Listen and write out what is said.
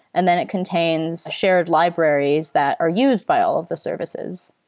and then it contains shared libraries that are used by all of the services.